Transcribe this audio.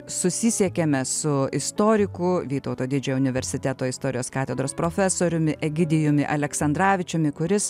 susisiekėme su istoriku vytauto didžiojo universiteto istorijos katedros profesoriumi egidijumi aleksandravičiumi kuris